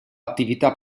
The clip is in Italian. attività